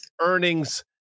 earnings